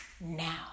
now